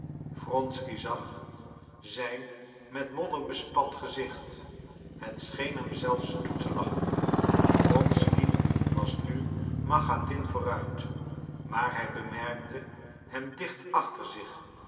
wronsky zag zijn met modder bespat gezicht het scheen hem zelfs toe te lachen wronsky was nu machatin vooruit maar hij bemerkte hem dicht achter zich